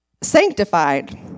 sanctified